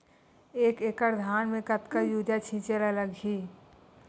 एक एकड़ धान में कतका यूरिया छिंचे ला लगही?